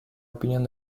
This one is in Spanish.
opinión